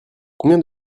combien